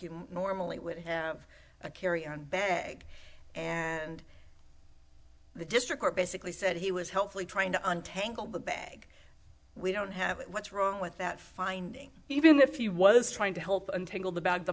you normally would have a carry on bag and the district basically said he was helpfully trying to untangle the bag we don't have what's wrong with that finding even if you was trying to help untangle the bag the